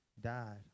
died